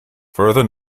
further